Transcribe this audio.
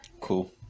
Cool